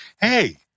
hey